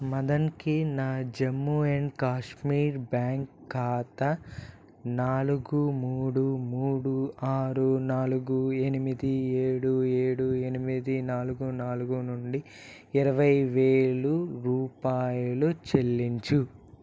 మదన్కి నా Jammu and Kashmir bank ఖాతా నాలుగు మూడు మూడు ఆరు నాలుగు ఎనిమిది ఏడు ఏడు ఎనిమిది నాలుగు నాలుగు నుండి ఇరవై వేల రూపాయలు చెల్లించు